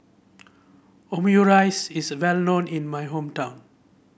Omurice is well known in my hometown